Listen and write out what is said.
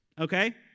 okay